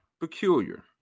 peculiar